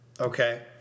okay